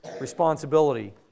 responsibility